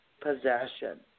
possession